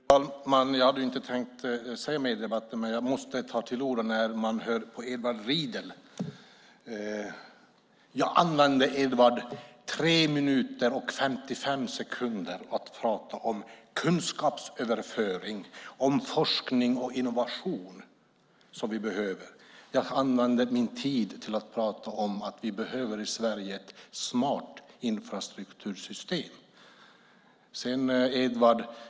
Fru talman! Jag hade inte tänkt säga mer i debatten. Men jag måste ta till orda när jag hör på Edward Riedl. Jag använde, Edward, 3 minuter och 55 sekunder till att tala om kunskapsöverföring och forskning och innovation som vi behöver. Jag använde min tid till att tala om att vi i Sverige behöver ett smart infrastruktursystem.